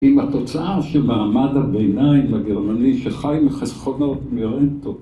עם התוצאה שמעמד הביניים הגרמני שחי מחסכונות, מרנטות.